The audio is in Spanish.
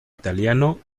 italiano